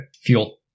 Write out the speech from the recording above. fuel